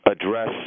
address